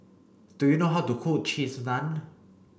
do you know how to cook cheese naan